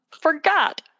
forgot